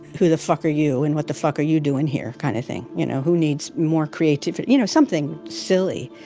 who the fuck are you? and what the fuck are you doing here, kind of thing, you know? who needs more creative and you know, something silly.